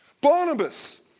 Barnabas